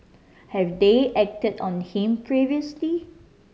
have they acted on him previously